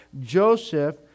Joseph